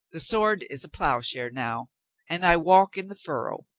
the sword is a plowshare now and i walk in the furrow.